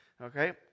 Okay